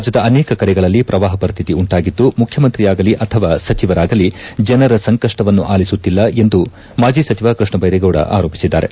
ರಾಜ್ಞದ ಅನೇಕ ಕಡೆಗಳಲ್ಲಿ ಪ್ರವಾಪ ಪರಿಸ್ತಿತಿ ಉಂಟಾಗಿದ್ದು ಮುಖ್ಯಮಂತ್ರಿಯಾಗಲೀ ಅಥವಾ ಸಚಿವರಾಗಲೀ ಜನರ ಸಂಕಷ್ಷವನ್ನು ಆಲಿಸುತ್ತಿಲ್ಲ ಎಂದು ಮಾಜಿ ಸಚಿವ ಕೃಷ್ಣ ಬೈರೇಗೌಡ ಆರೋಪಿಸಿದ್ದಾರೆ